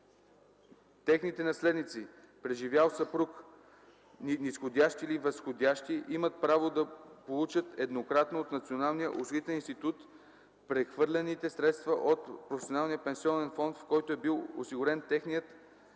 техните наследници – преживял съпруг, низходящи или възходящи, имат право да получат еднократно от Националния осигурителен институт прехвърлените средства от професионалния пенсионен фонд, в който е бил осигурен техният наследодател